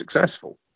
successful